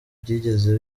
byigeze